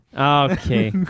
Okay